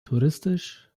touristisch